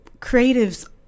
creatives